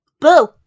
boo